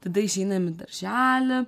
tada išeinam į darželį